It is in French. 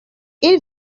ils